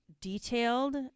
detailed